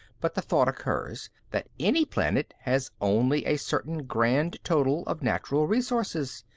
but the thought occurs that any planet has only a certain grand total of natural resources.